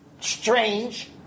strange